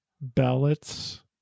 ballots